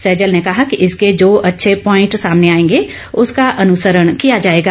सैजल ने कहा कि इसके जो अच्छे प्वाइट सामने आएंगे उसका अनुसरण किया जाएगा